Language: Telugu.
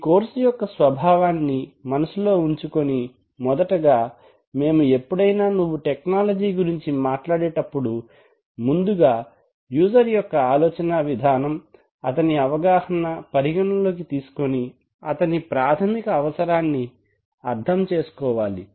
ఈ కోర్సు యొక్క స్వభావాన్ని మనసులో ఉంచుకుని మొదటగా మేము ఎప్పుడైనా నువ్వు టెక్నాలజీ గురించి మాట్లాడేటప్పుడు ముందుగా యూజర్ యొక్క ఆలోచన విధానం అతని అవగాహన పరిగణలోకి తీసుకుని అతని ప్రాథమిక అవసరాన్ని అర్థం చేసుకోవాలి